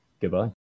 goodbye